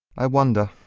i wonder.